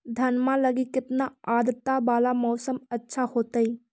धनमा लगी केतना आद्रता वाला मौसम अच्छा होतई?